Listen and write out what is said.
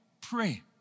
Pray